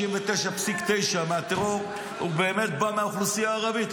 99.9% מהטרור באמת בא מהאוכלוסייה הערבית.